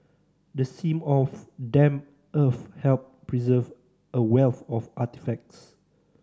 the seam of damp earth helped preserve a wealth of artefacts